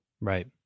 Right